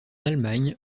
allemagne